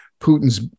Putin's